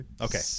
Okay